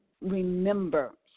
remember